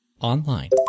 Online